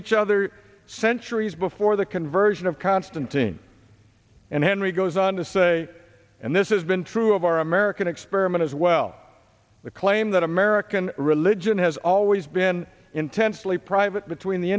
each other centuries before the conversion of constantine and henry goes on to say and this has been true of our american experiment as well the claim that american religion has always been intensely private between the